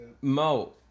mo